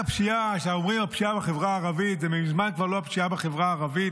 כשאומרים "הפשיעה בחברה הערבית" זה כבר מזמן לא פשיעה בחברה הערבית.